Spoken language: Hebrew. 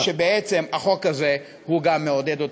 ושבעצם החוק הזה הוא גם מעודד.